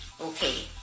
okay